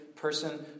person